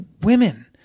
women